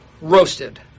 roasted